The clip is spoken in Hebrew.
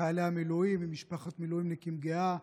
לחיילי המילואים, למשפחת מילואימניקים גאה.